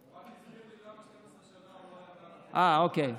--- 12 שנה --- אה, אוקיי.